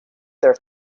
there